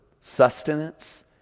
sustenance